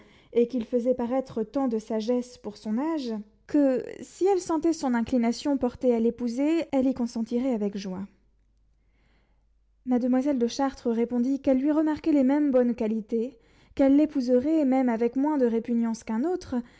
et qu'il faisait paraître tant de sagesse pour son âge que si elle sentait son inclination portée à l'épouser elle y consentirait avec joie mademoiselle de chartres répondit qu'elle lui remarquait les mêmes bonnes qualités qu'elle l'épouserait même avec moins de répugnance qu'un autre